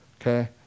Okay